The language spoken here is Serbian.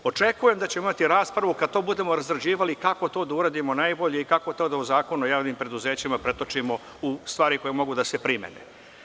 Očekujem da ćemo imati raspravu kada to budemo razrađivali o tome kako to da uradimo najbolje i kako to da u Zakon o javnim preduzećima pretočimo u stvari koje mogu da se primene.